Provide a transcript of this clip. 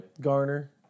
Garner